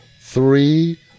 three